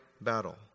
battle